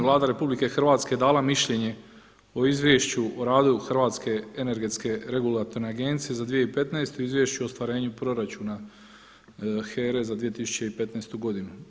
Vlada RH je dala mišljenje o Izvješću o radu Hrvatske energetske regulatorne agencije za 2015. o Izvješću o ostvarenju proračuna HERA-e za 2015. godinu.